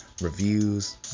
reviews